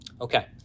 Okay